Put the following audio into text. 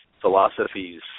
philosophies